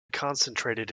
concentrated